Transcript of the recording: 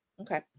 Okay